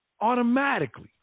Automatically